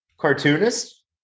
cartoonist